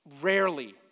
Rarely